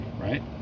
Right